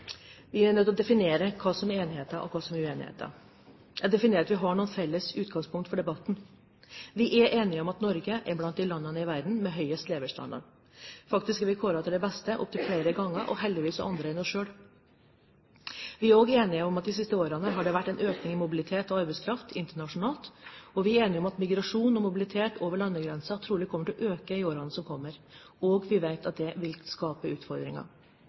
Vi er nødt til å definere hva som er enigheten, og hva som er uenigheten. Jeg definerer at vi har noen felles utgangspunkter for debatten. Vi er enige om at Norge er blant landene i verden med høyest levestandard. Faktisk er vi kåret til det beste landet opptil flere ganger – heldigvis av andre enn oss selv. Vi er også enige om at det i de siste årene har vært en økning i mobiliteten av arbeidskraft internasjonalt, og vi er enige om at migrasjonen og mobiliteten over landegrenser trolig kommer til å øke i årene som kommer. Vi vet at det vil skape utfordringer.